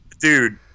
Dude